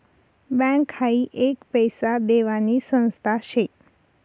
bank हाई एक पैसा देवानी संस्था शे